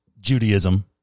Judaism